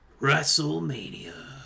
wrestlemania